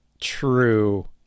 True